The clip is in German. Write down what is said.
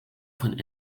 von